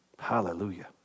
Hallelujah